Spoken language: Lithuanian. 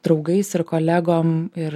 draugais ir kolegom ir